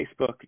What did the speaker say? Facebook